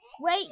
Wait